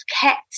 kept